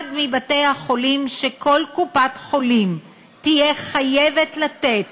אחד מבתי-החולים שכל קופת-חולים תהיה חייבת לתת